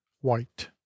white